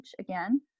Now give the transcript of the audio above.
again